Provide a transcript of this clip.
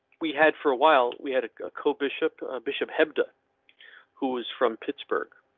we had for awhile we had a coe bishop ah bishop hebda who was from pittsburgh.